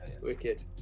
Wicked